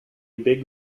big